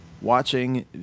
watching